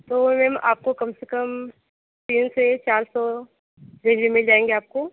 तो मैम आपको कम से कम तीन से चार सौ रेंज में मिल जाएंगे आपको